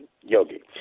yogi